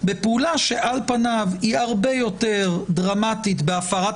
בפעולה שעל פניו היא הרבה יותר דרמטית בהפרת